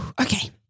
Okay